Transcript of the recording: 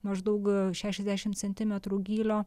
maždaug šešiasdešim centimetrų gylio